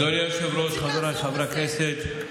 צריך, אדוני היושב-ראש, חבריי חברי הכנסת,